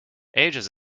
ages